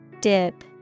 Dip